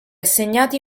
assegnati